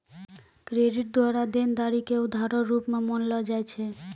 credit द्वारा देनदारी के उधारो रूप मे मानलो जाय छै